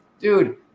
dude